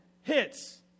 hits